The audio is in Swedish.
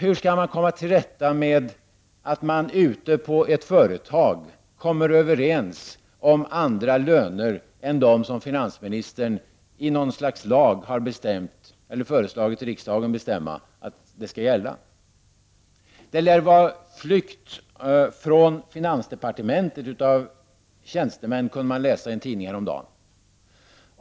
Hur skall ni komma till rätta med att man ute på ett företag kommer överens om andra löner än dem som finansministern i något slags lag har föreslagit att riksdagen bestämmer skall gälla? Det lär vara en flykt av tjänstemän från finansdepartementet, kunde man läsa i en tidning häromdagen.